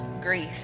grief